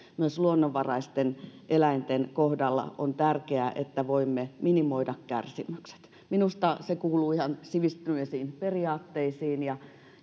myös luonnonvaraisten eläinten kohdalla on tärkeää että voimme minimoida kärsimykset minusta se kuuluu ihan sivistyneisiin periaatteisiin ja